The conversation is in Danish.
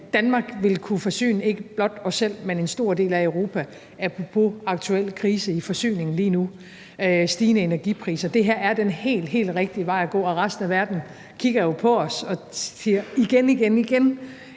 Danmark vil kunne forsyne ikke blot os selv, men en stor del af Europa, apropos aktuel krise i forsyningen lige nu med stigende energipriser. Det her er den helt, helt rigtige vej at gå, og resten af verden kigger jo på os og siger: Igen igen er